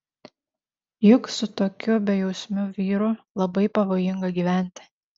juk su tokiu bejausmiu vyru labai pavojinga gyventi